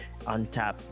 untap